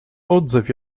отзыв